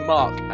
Mark